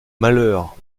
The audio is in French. malheur